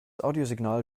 audiosignal